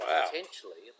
potentially